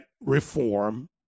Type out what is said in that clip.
reform